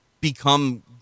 become